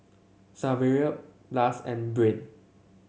Saverio Blas and Brain